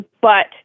But-